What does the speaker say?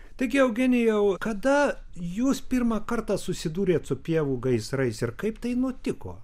taigi eugenijau kada jūs pirmą kartą susidūrėt su pievų gaisrais ir kaip tai nutiko